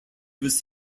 was